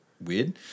weird